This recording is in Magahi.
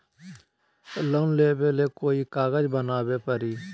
लोन लेबे ले कोई कागज बनाने परी?